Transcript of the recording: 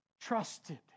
trusted